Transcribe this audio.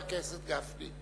חבר הכנסת גפני.